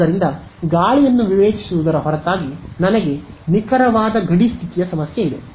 ಆದ್ದರಿಂದ ಗಾಳಿಯನ್ನು ವಿವೇಚಿಸುವುದರ ಹೊರತಾಗಿ ನನಗೆ ನಿಖರವಾದ ಗಡಿ ಸ್ಥಿತಿಯ ಸಮಸ್ಯೆ ಇದೆ